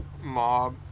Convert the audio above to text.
mob